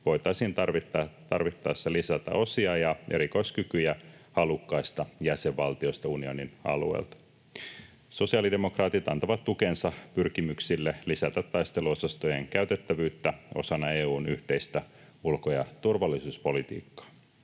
voitaisiin tarvittaessa lisätä osia ja erikoiskykyjä halukkaista jäsenvaltioista unionin alueelta. Sosiaalidemokraatit antavat tukensa pyrkimyksille lisätä taisteluosastojen käytettävyyttä osana EU:n yhteistä ulko- ja turvallisuuspolitiikkaa.